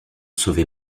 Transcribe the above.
sauver